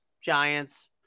Giants